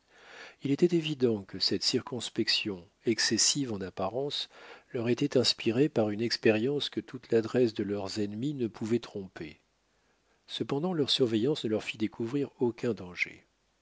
il était évident que cette circonspection excessive en apparence leur était inspirée par une expérience que toute l'adresse de leurs ennemis ne pouvait tromper cependant leur surveillance ne leur fit découvrir aucun danger